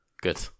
Good